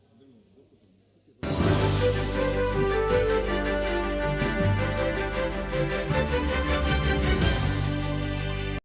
Дякую.